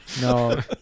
No